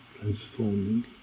transforming